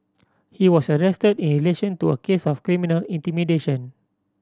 he was arrested in relation to a case of criminal intimidation